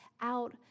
out